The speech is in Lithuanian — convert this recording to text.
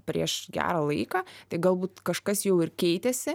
prieš gerą laiką tai galbūt kažkas jau ir keitėsi